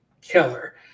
Killer